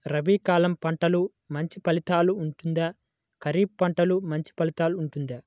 రబీ కాలం పంటలు మంచి ఫలితాలు ఉంటుందా? ఖరీఫ్ పంటలు మంచి ఫలితాలు ఉంటుందా?